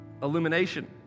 Illumination